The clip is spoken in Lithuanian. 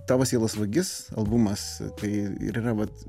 tavo sielos vagis albumas tai ir yra vat